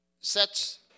sets